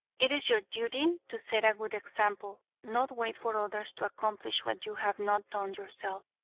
it is your duty to set a good example, not wait for others to accomplish what you have not done yourself.